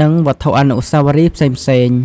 និងវត្ថុអនុស្សាវរីយ៍ផ្សេងៗ។